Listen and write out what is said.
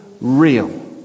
real